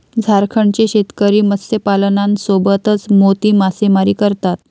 झारखंडचे शेतकरी मत्स्यपालनासोबतच मोती मासेमारी करतात